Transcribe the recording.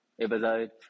episode